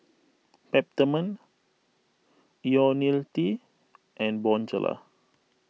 Peptamen Ionil T and Bonjela